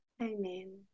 Amen